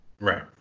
Right